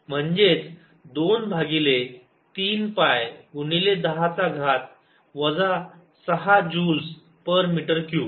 म्हणजेच 2 भागिले 3 पाय गुणिले 10 चा घात वजा 6 जूल्स पर मीटर क्यूब